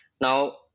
now